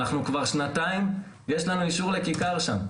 אנחנו כבר שנתיים יש לנו אישור לכיכר שם,